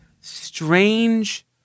strange